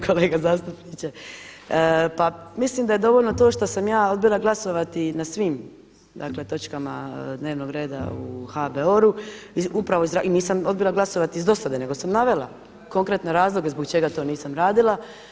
Kolega zastupniče, pa mislim da je dovoljno to što sam ja odbila glasovati na svim točkama dnevnog reda u HBOR-u i nisam odbila glasati iz dosade nego sam navela konkretne razloge zbog čega to nisam radila.